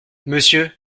monsieur